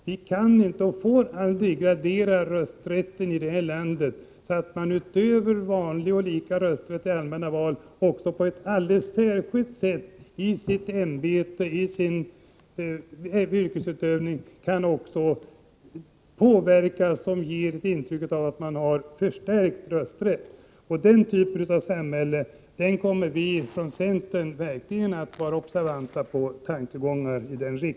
Vi kan inte och får aldrig gradera rösträtten i det här landet, så att någon utöver vanlig och lika rösträtt i allmänna val på ett särskilt sätt i sitt ämbete och i sin yrkesutövning kan utöva en påverkan som ger intryck av att man har en förstärkt rösträtt. Den typen av samhällsutveckling kommer vi i centern verkligen att vara observanta på.